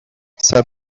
said